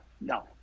no